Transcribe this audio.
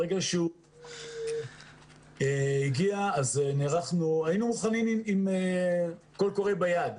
ברגע שהוא הגיע, היינו מוכנים עם קול קורא ביד.